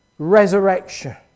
Resurrection